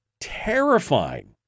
terrifying